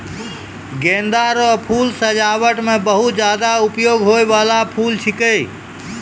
गेंदा रो फूल सजाबट मे बहुत ज्यादा उपयोग होय बाला फूल छिकै